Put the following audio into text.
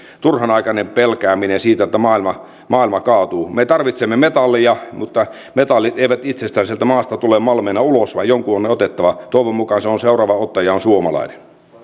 turhanaikainen pelkääminen siitä että maailma maailma kaatuu me tarvitsemme metalleja mutta metallit eivät itsestään sieltä maasta tule malmeina ulos vaan jonkun on ne otettava toivon mukaan se seuraava ottaja on suomalainen